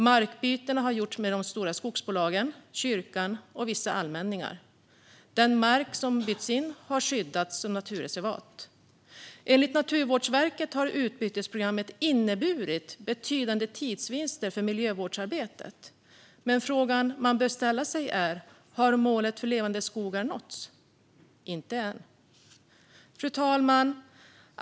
Markbytena har gjorts med de stora skogsbolagen, kyrkan och vissa allmänningar. Den mark som bytts in har skyddats som naturreservat. Enligt Naturvårdsverket har utbytesprogrammet inneburit betydande tidsvinster för miljövårdsarbetet. Men frågan man bör ställa sig är om målet Levande skogar har nåtts. Svaret är nej, inte än. Fru talman!